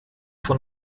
von